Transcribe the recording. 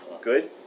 Good